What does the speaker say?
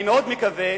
אני מאוד מקווה,